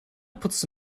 putzte